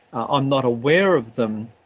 ah i'm not aware of them,